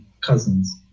cousins